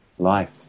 life